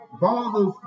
bothers